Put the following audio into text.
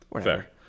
Fair